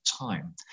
time